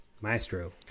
Maestro